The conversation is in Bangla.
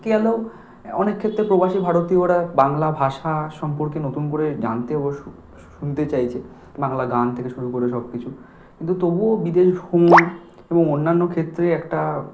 গেল এ অনেক ক্ষেত্তে প্রবাসী ভারতীয়রা বাংলা ভাষা সম্পর্কে নতুন করে জানতে অবশ্য শুনতে চাইছে বাংলা গান থেকে শুরু করে সব কিছু কিন্তু তবুও বিদেশ এবং অন্যান্য ক্ষেত্রে একটা